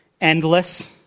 endless